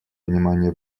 внимание